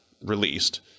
released